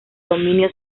dominio